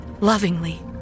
lovingly